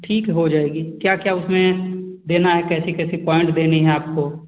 ठीक है हो जाएगी क्या क्या उसमें देना है कैसी कैसी पॉइंट देनी है आपको